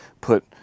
put